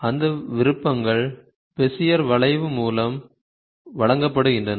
அந்த விருப்பங்கள் பெசியர் வளைவு மூலம் வழங்கப்படுகின்றன